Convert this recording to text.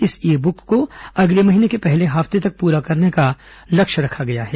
इस e book को अगले महीने के पहले हफ्ते तक पूरा करने का लक्ष्य रखा गया है